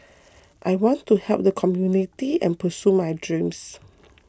I want to help the community and pursue my dreams